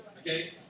Okay